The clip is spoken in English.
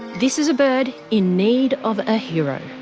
this is a bird in need of a hero.